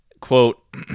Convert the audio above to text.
quote